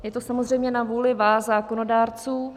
Je to samozřejmě na vůli vás zákonodárců.